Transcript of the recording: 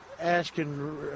asking